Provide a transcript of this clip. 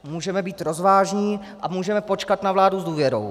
Můžeme být rozvážní a můžeme počkat na vládu s důvěrou.